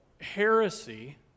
heresy